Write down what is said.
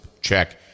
check